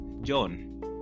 John